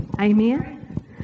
Amen